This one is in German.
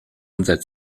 unser